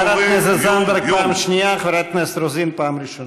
אבל הן מצביעות נגדנו.